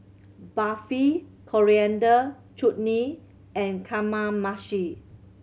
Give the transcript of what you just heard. Barfi Coriander Chutney and Kamameshi